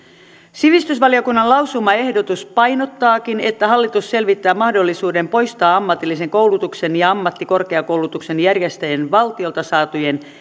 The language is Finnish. sivistysvaliokunnan lausumaehdotus painottaakin että hallitus selvittää mahdollisuuden poistaa ammatillisen koulutuksen ja ammattikorkeakoulutuksen järjestäjien valtiolta saatujen